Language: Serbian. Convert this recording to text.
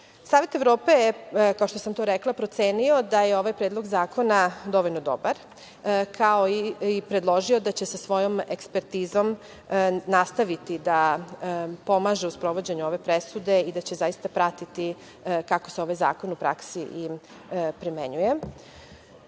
Evrope, kao što sam to rekla, procenio da je ovaj predlog zakona dovoljno dobar i predložio da će sa svojom ekspertizom nastaviti da pomaže u sprovođenju ove presude i da će zaista pratiti kako se ovaj zakon u praksi i primenjuje. Država